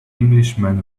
englishman